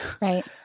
Right